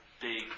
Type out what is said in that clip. big